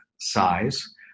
size